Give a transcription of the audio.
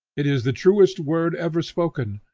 it is the truest word ever spoken,